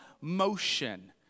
motion